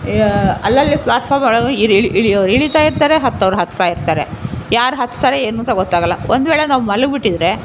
ಅಲ್ಲಲ್ಲೆ platform ಒಳಗೆ ಇರಿ ಇಳಿ ಇಳಿ ಇಳಿತಾಯಿರ್ತಾರೆ ಹತ್ತುವವರು ಹತ್ತಾಯಿರ್ತಾರೆ ಯಾರು ಹತ್ತಾರೆ ಏನೂಂತ ಗೊತ್ತಾಗಲ್ಲ ಒಂದು ವೇಳೆ ನಾವು ಮಲಗಿ ಬಿಟ್ಟಿದ್ದರೆ